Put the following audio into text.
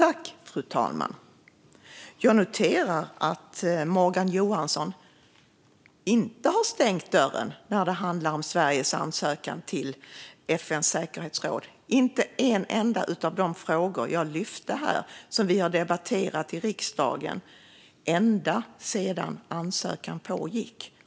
Fru talman! Jag noterar att Morgan Johansson inte har stängt dörren när det handlar om Sveriges ansökan till FN:s säkerhetsråd - inte i en enda av de frågor som jag lyfte fram här och som vi har debatterat i riksdagen ända sedan ansökan påbörjades.